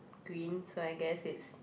green so I guess it's